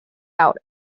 out